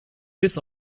bis